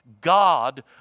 God